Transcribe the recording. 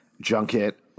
junket